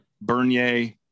Bernier